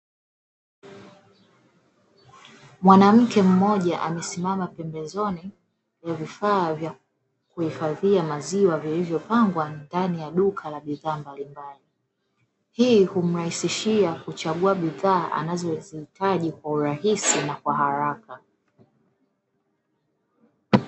Mwanamke mmoja amesimama pembezoni ya vifaa vya kuhifadhia maziwa vilivyopangwa ndani ya duka la bidhaa mbalimbali, hii humrahisishia kuchagua bidhaa anazo zihitaji kwa urahisi na haraka.